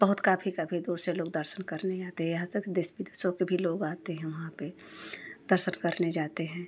बहुत काफ़ी काफ़ी दूर से लोग दर्शन करने आते हैं यहाँ तक देश विदेशों के भी लोग आते हैं वहाँ पर दर्शन करने जाते हैं